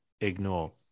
ignore